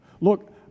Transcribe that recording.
Look